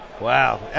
Wow